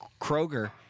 Kroger